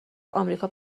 آمریکا